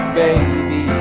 baby